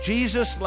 Jesus